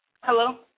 Hello